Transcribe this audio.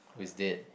who is that